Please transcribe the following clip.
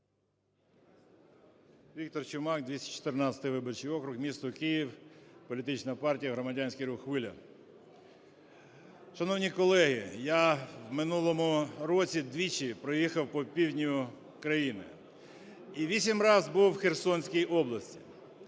Віктор Чумак, 214 виборчий округ, місто Київ, політична партія "Громадянський рух "Хвиля". Шановні колеги, я в минулому році двічі проїхав по півдню країни і вісім раз був у Херсонській області.